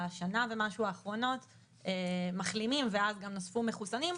בשנה ומשהו האחרונות מחלימים ואז גם נוספו מחוסנים,